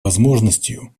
возможностью